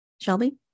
Shelby